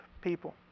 people